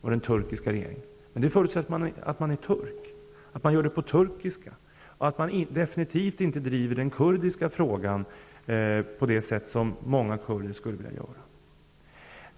den turkiska regeringen, men det förutsätter att man är turk, att man gör det på turkiska och att man definitivt inte driver den kurdiska frågan på det sätt som många kurder skulle vilja göra.